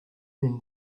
men